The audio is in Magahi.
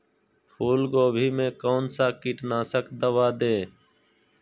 फूलगोभी में कौन सा कीटनाशक दवा दे?